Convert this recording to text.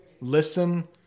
listen